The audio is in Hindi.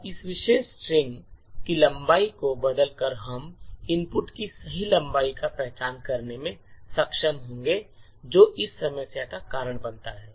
अब इस विशेष स्ट्रिंग की लंबाई को बदलकर हम इनपुट की सही लंबाई की पहचान करने में सक्षम होंगे जो इस समस्या का कारण बनता है